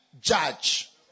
judge